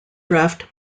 draft